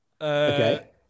Okay